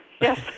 Yes